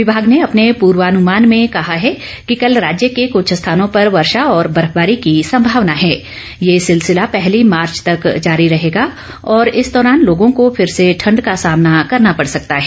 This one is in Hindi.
विभाग ने अपने पूर्वानुमान में कहा है कि कल राज्य के कुछ स्थानों पर वर्षा और बर्फबारी की संभावना है ये सिलसिला पहली मार्च तक जारी रहेगा और इस दौरान लोगों को फिर से ठंड़ का सामना करना पड़ सकता है